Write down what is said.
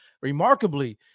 remarkably